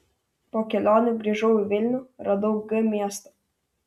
po kelionių grįžau į vilnių radau g miestą